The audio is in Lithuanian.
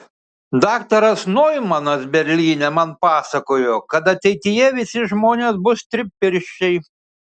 daktaras noimanas berlyne man pasakojo kad ateityje visi žmonės bus tripirščiai